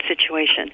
situation